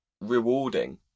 rewarding